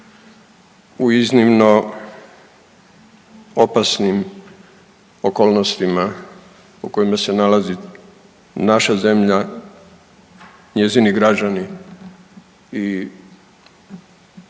u iznimno opasnim okolnostima u kojima se nalazi naša zemlja, njezini građani i cijeli